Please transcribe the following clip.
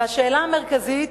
והשאלה המרכזית: